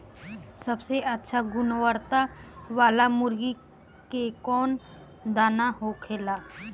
सबसे अच्छा गुणवत्ता वाला मुर्गी के कौन दाना होखेला?